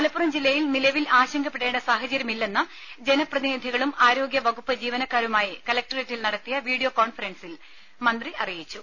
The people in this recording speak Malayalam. മലപ്പുറം ജില്ലയിൽ നിലവിൽ ആശങ്കപ്പെടേണ്ട സാഹചര്യമില്ലെന്ന് ജനപ്രതിനിധികളും ആരോഗ്യ വകുപ്പ് ജീവനക്കാരുമായി കലക്ടറേറ്റിൽ നടത്തിയ വീഡിയോ കോൺഫറൻസിൽ മന്ത്രി അറിയിച്ചു